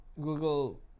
Google